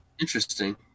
Interesting